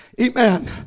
Amen